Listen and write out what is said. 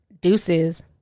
Deuces